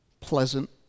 pleasant